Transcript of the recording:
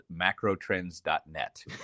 MacroTrends.net